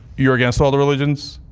you're against all the religions?